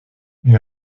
une